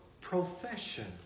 profession